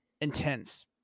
intense